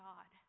God